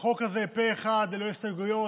החוק הזה פה אחד ללא הסתייגויות.